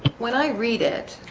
when i read it